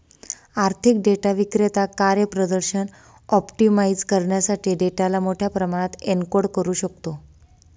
आर्थिक डेटा विक्रेता कार्यप्रदर्शन ऑप्टिमाइझ करण्यासाठी डेटाला मोठ्या प्रमाणात एन्कोड करू शकतो